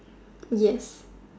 yes